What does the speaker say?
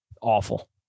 Awful